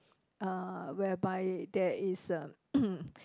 uh whereby there is a